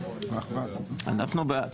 אנחנו בעד.